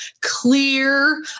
clear